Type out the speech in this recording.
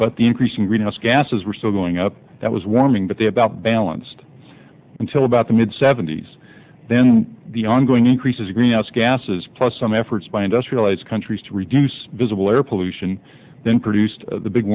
but the increase in greenhouse gases were still going up that was warming but they about balanced until about the mid seventy's then the ongoing increases in greenhouse gases plus some efforts by industrialized countries to reduce visible air pollution then produced the big